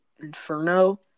Inferno